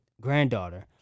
granddaughter